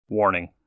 Warning